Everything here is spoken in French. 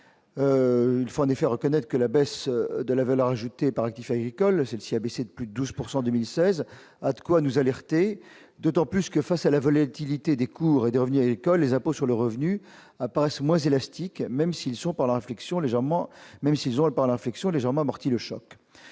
il faut en effet reconnaître que la baisse de la valeur ajoutée par actif agricole, celle-ci a baissé de plus de 12 pourcent 2016, a de quoi nous alerter, d'autant plus que face à la volatilité des cours et des revenus agricoles, les impôts sur le revenu, apparaissent moins élastique, même s'ils sont par la réflexion, légèrement, même s'ils